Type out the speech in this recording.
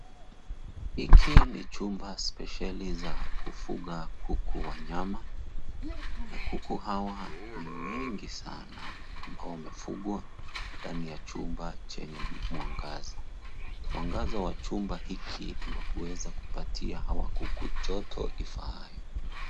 Hiki ni chumba spesheli za kufuga kuku wanyama na kuku hawa ni wengi sana ambao wamefugwa ndani ya chumba chenye mwangaza. Mwangaza wa chumba hiki ni wa kuweza kupatia hawa kuku joto ifaayo.